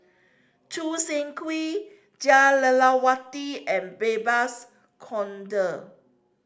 Choo Seng Quee Jah Lelawati and Babes Conde